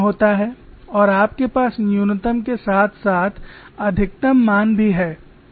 और आपके पास न्यूनतम के साथ साथ अधिकतम मान भी है